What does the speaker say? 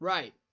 Right